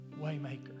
Waymaker